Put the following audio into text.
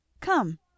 Come